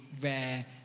rare